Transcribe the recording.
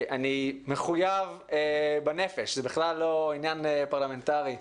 אני מחויב בנפש, זה בכלל לא עניין פרלמנטרי,